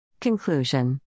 Conclusion